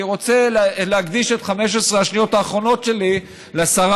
אני רוצה להקדיש את 15 השניות האחרונות שלי לשרה